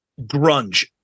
grunge